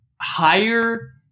higher